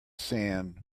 sand